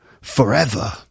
forever